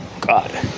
God